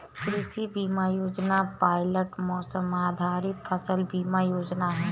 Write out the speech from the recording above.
कृषि बीमा योजना पायलट मौसम आधारित फसल बीमा योजना है